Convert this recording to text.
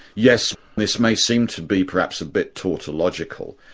yes, this may seem to be perhaps bit tautological.